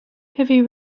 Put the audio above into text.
heavy